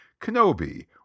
Kenobi